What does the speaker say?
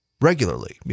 regularly